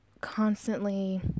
constantly